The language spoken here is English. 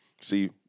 See